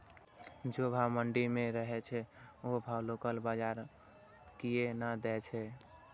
जे भाव मंडी में रहे छै ओ भाव लोकल बजार कीयेक ने दै छै?